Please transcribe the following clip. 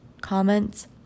comments